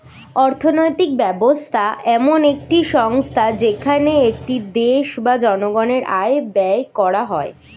অর্থনৈতিক ব্যবস্থা এমন একটি সংস্থা যেখানে একটি দেশ বা জনগণের আয় ব্যয় করা হয়